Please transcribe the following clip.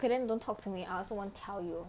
okay then don't talk to me I also won't tell you